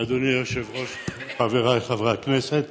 אדוני היושב-ראש, חבריי חברי הכנסת,